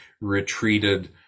retreated